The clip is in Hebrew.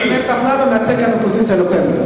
חבר הכנסת אפללו מייצג כאן אופוזיציה לוחמת.